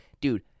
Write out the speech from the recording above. Dude